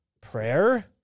prayer